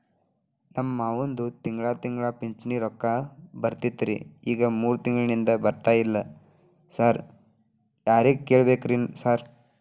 ನಮ್ ಮಾವಂದು ತಿಂಗಳಾ ತಿಂಗಳಾ ಪಿಂಚಿಣಿ ರೊಕ್ಕ ಬರ್ತಿತ್ರಿ ಈಗ ಮೂರ್ ತಿಂಗ್ಳನಿಂದ ಬರ್ತಾ ಇಲ್ಲ ಸಾರ್ ಯಾರಿಗ್ ಕೇಳ್ಬೇಕ್ರಿ ಸಾರ್?